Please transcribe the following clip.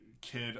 kid